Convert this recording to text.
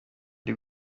ndi